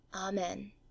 Amen